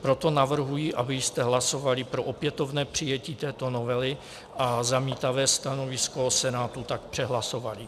Proto navrhuji, abyste hlasovali pro opětovné přijetí této novely, a zamítavé stanovisko Senátu tak přehlasovali.